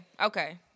Okay